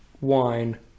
wine